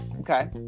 Okay